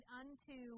unto